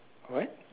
what